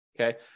Okay